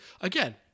Again